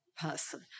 person